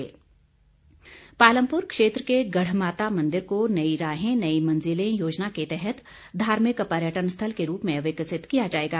परमार पालमपुर क्षेत्र के गढ़ माता मंदिर को नई राहें नई मंजिलें योजना के तहत धार्मिक पर्यटन स्थल के रूप में विकसित किया जाएगा